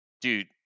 Dude